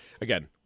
Again